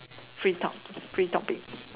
free talk free topic